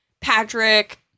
Patrick